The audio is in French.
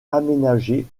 aménagées